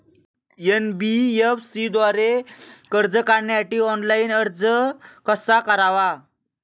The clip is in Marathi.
एन.बी.एफ.सी द्वारे कर्ज काढण्यासाठी ऑनलाइन अर्ज कसा करावा?